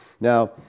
Now